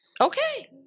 Okay